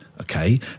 okay